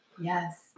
Yes